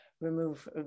remove